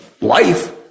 life